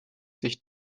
sich